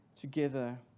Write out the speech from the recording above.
together